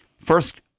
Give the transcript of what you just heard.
first